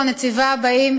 או הנציבה הבאה,